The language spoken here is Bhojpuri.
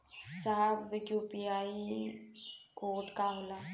साहब इ यू.पी.आई कोड का होला?